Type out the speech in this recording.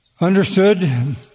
understood